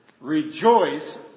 rejoice